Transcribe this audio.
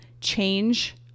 change